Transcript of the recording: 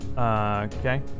Okay